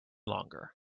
longer